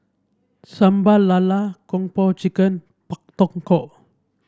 Sambal Lala Kung Po Chicken Pak Thong Ko